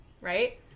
right